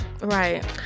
Right